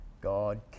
God